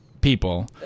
people